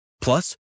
Plus